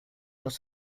nos